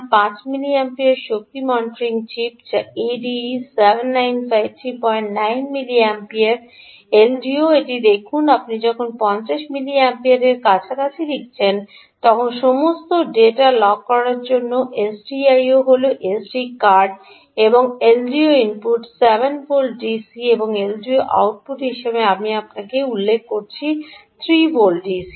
5 milliampere শক্তি monitoring chip যা ADE 7953 9 milliampere LDO এটি দেখুন আপনি যখন 50 মিলিঅ্যাম্পিয়ারের কাছাকাছি লিখছেন তখন সমস্ত ডেটা লগ করার জন্য এসডিআইও হল এসডি কার্ড এবং এলডিও ইনপুটটি 7 ভোল্ট ডিসি এবং এলডিও আউটপুট হিসাবে আমি আপনাকে উল্লেখ করেছি 3 ভোল্ট ডিসি